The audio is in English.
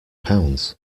pounds